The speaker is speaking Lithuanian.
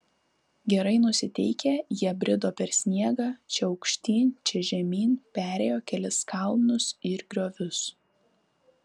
gerai nusiteikę jie brido per sniegą čia aukštyn čia žemyn perėjo kelis kalnus ir griovius